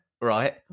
Right